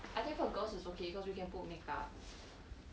I think for girls is okay cause you can put make up